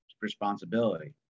responsibility